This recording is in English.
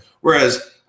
Whereas